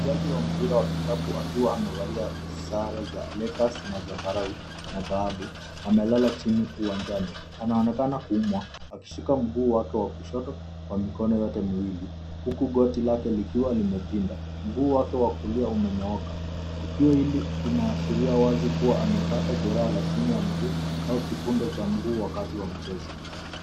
Mchezaji wa mpira wa kikapu akiwa amevalia sare za Lakers , la zambarau na dhahabu, amelala chini. Uwanjani anaonekana kuumwa, akishika mguu wake wa kushoto, kwa mikono yote miwili, huku goti lake likiwa limepinda. Mguu wake wa kulia umenyooka. Tukio hili linaashiria wazi kuwa amepata jeraha la chini ya mguu, au kifundo cha mguu wakati wa mchezo.